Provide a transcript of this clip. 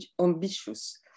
ambitious